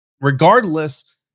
Regardless